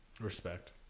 Respect